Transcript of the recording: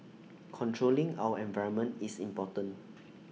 controlling our environment is important